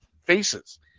faces